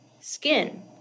skin